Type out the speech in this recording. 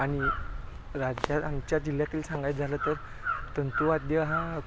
आणि राज्यात आमच्या जिल्ह्यातील सांगायचं झालं तर तंतूवाद्य हा